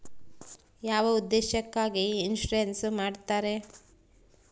ಯಾವ ಉದ್ದೇಶಕ್ಕಾಗಿ ಇನ್ಸುರೆನ್ಸ್ ಮಾಡ್ತಾರೆ?